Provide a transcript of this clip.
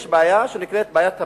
יש בעיה שנקראת בעיית הפליטים.